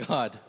God